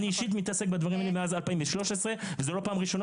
אני אישית מתעסק בדברים האלה מאז 2013 וזה לא פעם ראשונה